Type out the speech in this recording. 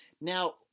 Now